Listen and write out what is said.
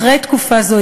אחרי תקופה זו,